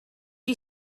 you